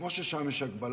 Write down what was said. כמו ששם יש הגבלה.